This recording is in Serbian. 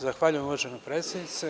Zahvaljujem, uvažena predsednice.